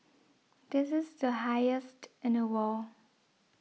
this is the highest in the world